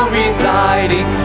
residing